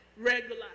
regular